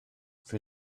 für